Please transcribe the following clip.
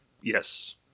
Yes